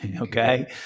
Okay